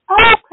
Okay